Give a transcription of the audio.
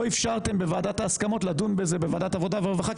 לא אפשרתם בוועדת ההסכמות לדון בזה בוועדת העבודה והרווחה,